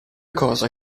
cosa